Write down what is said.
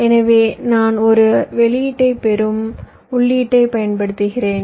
எனவே நான் ஒரு வெளியீட்டைப் பெறும் உள்ளீட்டைப் பயன்படுத்துகிறேன்